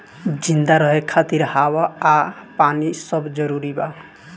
जिंदा रहे खातिर हवा आ पानी सब जरूरी बा